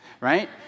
right